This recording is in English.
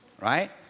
right